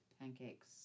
pancakes